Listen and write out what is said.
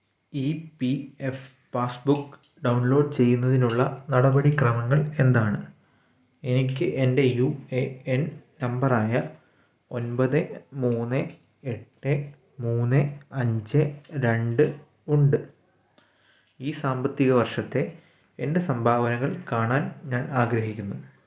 E P F passbook download ചെയ്യുന്നതിനുള്ള നടപടി ക്രമങ്ങള് എന്താണ് എനിക്ക് എന്റെ യു എ എൻ നമ്പറായ ഒന്പത് മൂന്ന് എട്ട് മൂന്ന് അഞ്ച് രണ്ട് ഉണ്ട് ഈ സാമ്പത്തിക വർഷത്തെ എൻ്റെ സംഭാവനകൾ കാണാൻ ഞാൻ ആഗ്രഹിക്കുന്നു